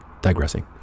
digressing